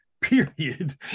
period